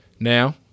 Now